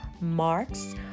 Marks